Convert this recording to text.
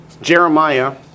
Jeremiah